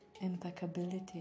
impeccability